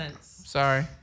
Sorry